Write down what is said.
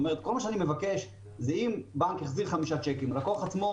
כל מה שאני מבקש זה שאם בנק החזיר חמישה צ'קים והלקוח עצמו